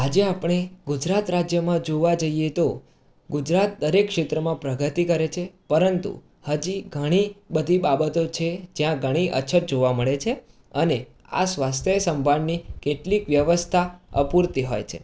આજે આપણે ગુજરાત રાજ્યમાં જોવા જઈએ તો ગુજરાત દરેક ક્ષેત્રમાં પ્રગતિ કરે છે પરંતુ હજી ઘણી બધી બાબતો છે જ્યાં ઘણી અછત જોવા મળે છે અને આ સ્વાસ્થ્ય સંભાળની કેટલીક વ્યવસ્થા અપૂરતી હોય છે